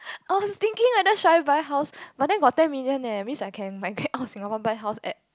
I was thinking whether should I buy house but then got ten million eh means I can migrate out of Singapore buy house at